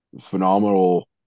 phenomenal